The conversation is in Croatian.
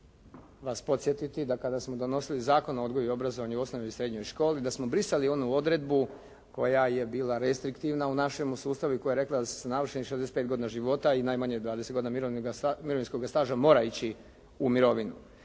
Ja ću vas podsjetiti da kada smo donosili Zakon o odgoju i obrazovanju u osnovnoj i srednjoj školi da smo brisali onu odredbu koja je bila restriktivna u našemu sustavu i koja je rekla da se s navršenih 65 godina života i najmanje 20 godina mirovinskoga staža mora ići u mirovinu.